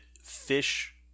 fish